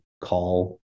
call